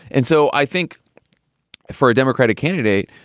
and so i think for a democratic candidate,